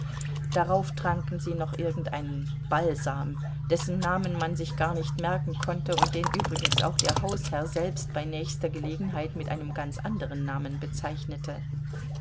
darauf tranken sie noch irgendeinen balsam dessen namen man sich gar nicht merken konnte und den übrigens auch der hausherr selbst bei nächster gelegenheit mit einem ganz anderen namen bezeichnete